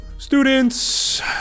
Students